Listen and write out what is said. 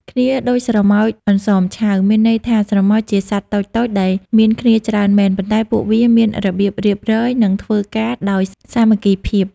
«គ្នាដូចស្រមោចអន្សមឆៅ» មានន័យថា ស្រមោចជាសត្វតូចៗដែលមានគ្នាច្រើនមែន ប៉ុន្តែពួកវាមានរបៀបរៀបរយ និងធ្វើការដោយសាមគ្គីភាព។